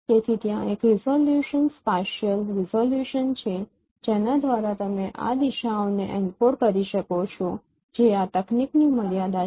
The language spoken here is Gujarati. તેથી ત્યાં એક રીઝોલ્યુશન સ્પાશિયલ રીઝોલ્યુશન છે જેના દ્વારા તમે આ દિશાઓને એન્કોડ કરી શકો છો જે આ તકનીકની મર્યાદા છે